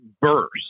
burst